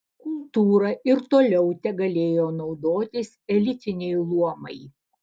kultūra ir toliau tegalėjo naudotis elitiniai luomai